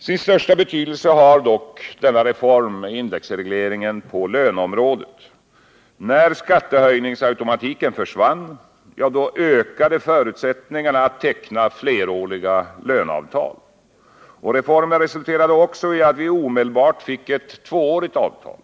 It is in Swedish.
Sin största betydelse har dock denna reform, indexregleringen, på löneområdet. När skattehöjningsautomatiken försvann ökade förutsättningarna att teckna fleråriga löneavtal. Reformen resulterade också i att vi omedelbart fick ett tvåårigt avtal.